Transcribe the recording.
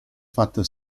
fatto